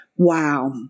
Wow